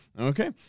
Okay